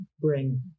bring